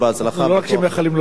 לא רק מאחלים לו בהצלחה,